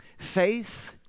Faith